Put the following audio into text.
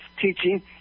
teaching